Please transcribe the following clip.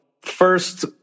first